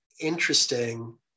interesting